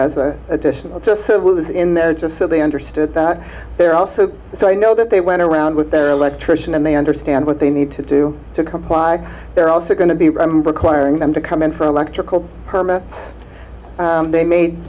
as an additional just so it was in there just so they understood that they are also so i know that they went around with their electrician and they understand what they need to do to comply they're also going to be remembered clearing them to come in for electrical permit they made